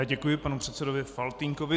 Děkuji panu předsedovi Faltýnkovi.